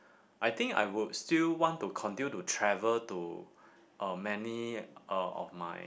I think I would still want to continue to travel to uh many uh of my